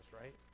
right